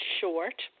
short